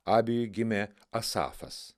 abijui gimė asafas